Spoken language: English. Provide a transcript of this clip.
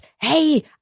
hey